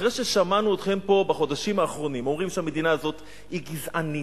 אחרי ששמענו אתכם פה בחודשים האחרונים אומרים שהמדינה הזאת היא גזענית,